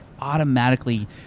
automatically